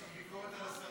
יש לך ביקורת על השרים?